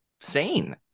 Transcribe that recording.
sane